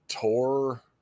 tour